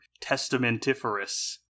testamentiferous